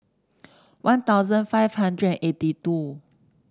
One Thousand five hundred and eighty two